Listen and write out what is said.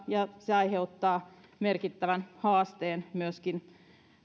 ja se aiheuttaa merkittävän haasteen myöskin